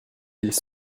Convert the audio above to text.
ils